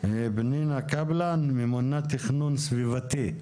פנינה קפלן מממונה תכנון סביבתי.